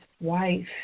wife